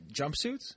jumpsuits